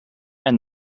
and